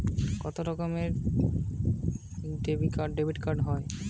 কত রকমের ডেবিটকার্ড হয়?